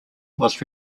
was